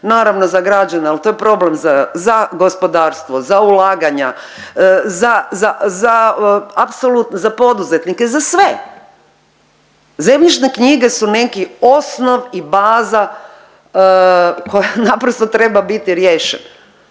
naravno za građane, ali to je problem za gospodarstvo, za ulaganja, za, za, za apsolutno za poduzetnike, za sve. Zemljišne knjige su neki osnov i baza koja naprosto treba biti riješen.